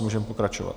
Můžeme pokračovat.